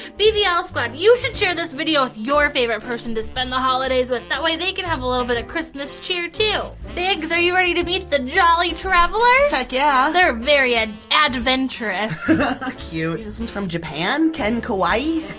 ah squad you should share this video with your favorite person to spend the holidays with, that way they can have a little bit of christmas cheer too! biggs, are you ready to meet the jolly travelers? heck yeah! they're very ah advent-urous ah cute! this one's from japan? ken kawaii.